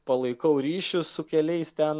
palaikau ryšius su keliais ten